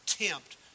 attempt